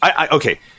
Okay